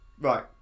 Right